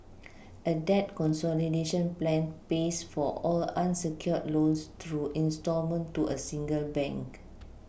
a debt consolidation plan pays for all unsecured loans through instalment to a single bank